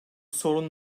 sorun